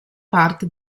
parte